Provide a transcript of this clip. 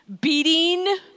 beating